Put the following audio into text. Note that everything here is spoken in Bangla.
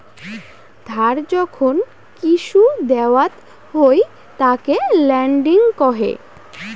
ধার যখন কিসু দাওয়াত হই তাকে লেন্ডিং কহে